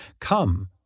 Come